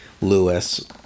Lewis